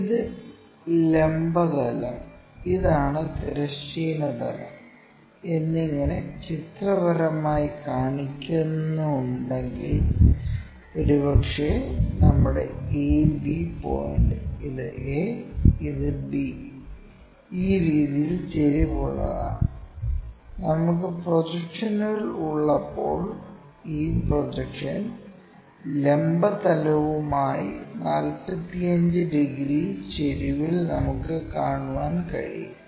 ഇത് ലംബ തലം ഇതാണ് തിരശ്ചീന തലം എന്നിങ്ങനെ ചിത്രപരമായി കാണിക്കുന്നുണ്ടെങ്കിൽ ഒരുപക്ഷേ നമ്മുടെ AB പോയിന്റ് ഇത് A ഇത് B ഈ രീതിയിൽ ചെരിവ് ഉള്ളതാണ് നമുക്ക് പ്രൊജക്ഷനുകൾ ഉള്ളപ്പോൾ ഈ പ്രൊജക്ഷൻ ലംബ തലവുമായി 45 ഡിഗ്രി ചെരുവിൽ നമുക്ക് കാണാൻ കഴിയും